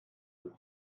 sind